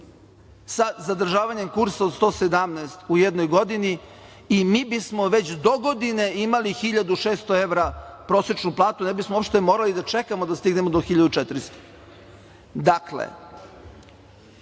sa zadržavanjem kursa od 117 u jednoj godini i mi bismo već dogodine imali 1.600 evra prosečnu platu. Ne bismo morali da čekamo da stignemo do 1.400.Da